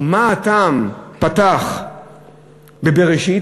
ומה הטעם פתח בבראשית?